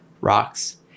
rocks